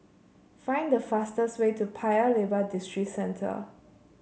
find the fastest way to Paya Lebar Districentre